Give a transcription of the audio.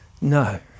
No